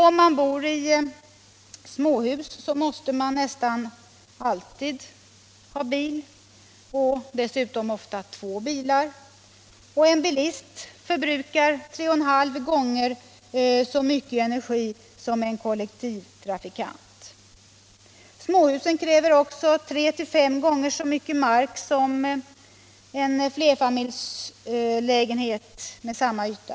Om man bor i småhus, måste man nästan alltid ha bil, ofta två bilar, och en bilist förbrukar 3,5 gånger så mycket energi som en kollektivtrafikant. Småhusen kräver också 3-5 gånger så mycket mark som en flerfamiljslägenhet med samma yta.